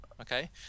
okay